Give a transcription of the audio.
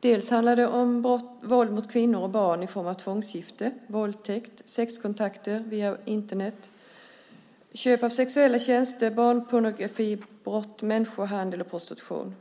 dels handlar det om våld mot kvinnor och barn i form av tvångsgifte, våldtäkt, sexkontakter via Internet, köp av sexuella tjänster, barnpornografibrott, människohandel och prostitution.